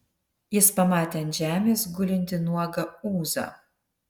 jis pamatė ant žemės gulintį nuogą ūzą